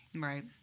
Right